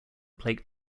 plate